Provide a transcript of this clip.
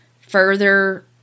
further